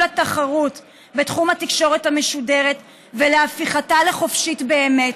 התחרות בתחום התקשורת המשודרת ולהפיכתה לחופשית באמת.